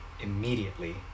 Immediately